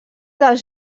dels